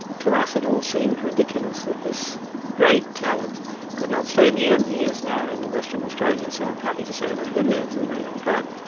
to us, it all seemed ridiculous that this great talent could not stay. in the end, he is now in western australia, so i'm happy to say, and has been there for a very long time.